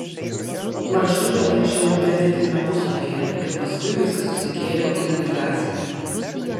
maršrutą paišiau internetiniame puslapyje ir paskui viską susikėliau į navigaciją